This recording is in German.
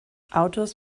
autos